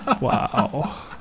Wow